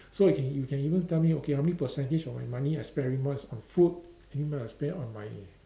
so it can you can even tell me okay how many percentage of my money I spend every month is on food every month I spend on my